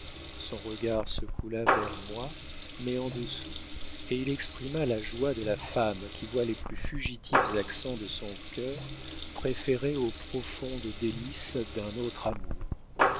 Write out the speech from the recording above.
son regard se coula vers moi mais en dessous et il exprima la joie de la femme qui voit les plus fugitifs accents de son cœur préférés aux profondes délices d'un autre amour